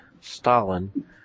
Stalin